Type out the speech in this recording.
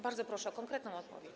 Bardzo proszę o konkretną odpowiedź.